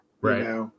Right